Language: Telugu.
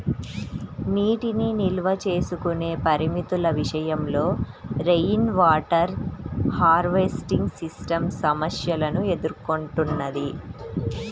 నీటిని నిల్వ చేసుకునే పరిమితుల విషయంలో రెయిన్వాటర్ హార్వెస్టింగ్ సిస్టమ్ సమస్యలను ఎదుర్కొంటున్నది